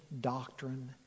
doctrine